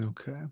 okay